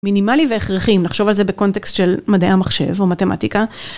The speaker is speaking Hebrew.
מינימלי והכרחי, אם נחשוב על זה בקונטקסט של מדעי המחשב או מתמטיקה.